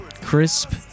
Crisp